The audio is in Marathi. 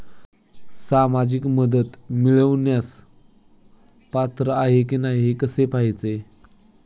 सामाजिक मदत मिळवण्यास पात्र आहे की नाही हे कसे पाहायचे?